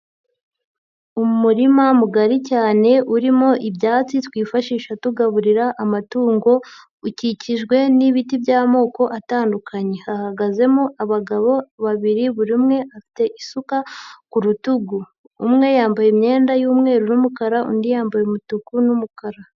Umurima mugari cyane urimo ibyatsi twifashisha tugaburira amatungo, ukikijwe n'ibiti by'amoko atandukanye, hahagazemo abagabo babiri buri umwe afite isuka ku rutugu, umwe yambaye imyenda y'umweru n'umukara undi yambaye umutuku n'umukara.